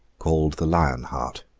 called the lion-heart